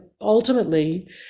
ultimately